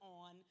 on